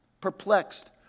perplexed